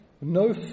no